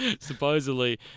supposedly